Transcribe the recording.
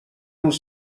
روز